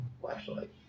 flashlight